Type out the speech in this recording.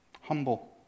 humble